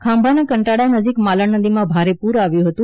ખાંભાના કંટાળા નજીક માલણ નદીમાં ભારે પૂર આવ્યું હતું